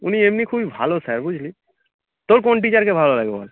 উনি এমনি খুবই ভালো স্যার বুঝলি তোর কোন টিচারকে ভালো লাগে বল